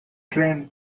train